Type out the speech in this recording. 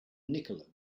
nikola